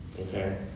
Okay